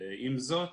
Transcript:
עם זאת,